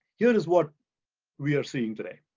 here is what we are seeing today.